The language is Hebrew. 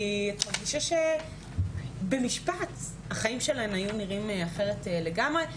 כי במשפט אחד החיים שלהן היו נראים אחרת לגמרי.